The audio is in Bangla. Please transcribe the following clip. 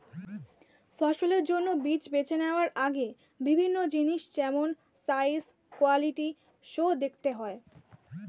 ফসলের জন্য বীজ বেছে নেওয়ার আগে বিভিন্ন জিনিস যেমন সাইজ, কোয়ালিটি সো দেখতে হয়